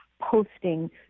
posting